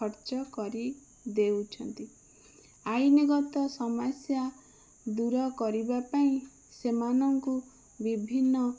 ଖର୍ଚ୍ଚ କରି ଦେଉଛନ୍ତି ଆଇନଗତ ସମସ୍ୟା ଦୂର କରିବାପାଇଁ ସେମାନଙ୍କୁ ବିଭିନ୍ନ